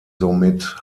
somit